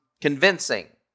convincing